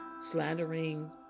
slandering